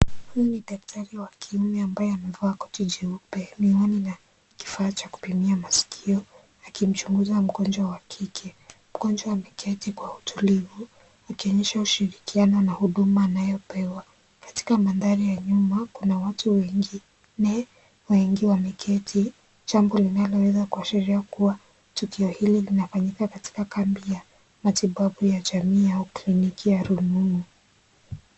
Huyu ni daktari wa kiume ambaye amevaa koti jeupe, miwani na kifaa cha kupimia maskio akimchunguza mgonjwa wakike. Mgonjwa ameketi kwa utulivu akionyesha ushirikiano na huduma anayopewa. Katika mandari ya nyuma kuna watu wengine wengi wameketi jambo linaloweza kuashiria kuwa tukio hili linafanyika katika kambi ya matibabu ya jamii au kliniki ya rununu.